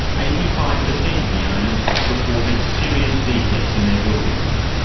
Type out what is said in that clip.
eighty-five per cent of the owners reported serious defects in their buildings.